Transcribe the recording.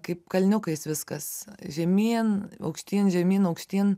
kaip kalniukais viskas žemyn aukštyn žemyn aukštyn